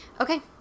Okay